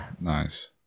Nice